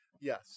Yes